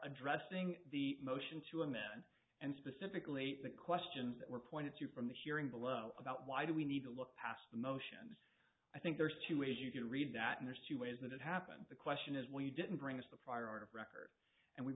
addressing the motion to a man and specifically the questions that were pointed to from the hearing below about why do we need to look past the motions i think there's two ways you can read that and there's two ways that it happened the question is we didn't bring up a prior art record and we